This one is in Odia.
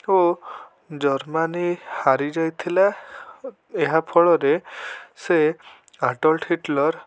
ଓ ଜର୍ମାନୀ ହାରିଯାଇଥିଲା ଏହାଫଳରେ ସେ ଆଡ଼ଲଫ ହିଟଲର୍